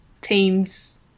teams